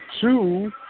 two